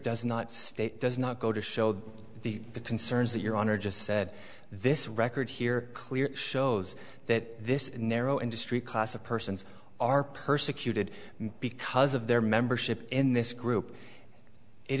does not state does not go to show the concerns that your honor just said this record here clear shows that this narrow industry class of persons are persecuted because of their membership in this group it